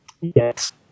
Yes